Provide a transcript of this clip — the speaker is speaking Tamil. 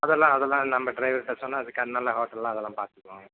அதெல்லாம் அதெல்லாம் நம்ம டிரைவர்கிட்ட சொன்னால் அதுக் ஹோட்டல்லாம் அதெல்லாம் பார்த்துப்பாங்க